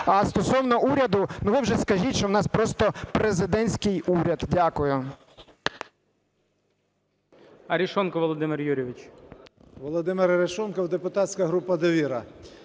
стосовно уряду, ну, ви вже скажіть, що у нас просто президентський уряд. Дякую.